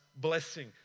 blessing